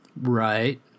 Right